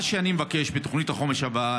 מה שאני מבקש בתוכנית החומש הבאה,